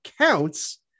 counts